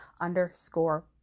underscore